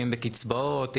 אם בקצבאות,